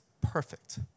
perfect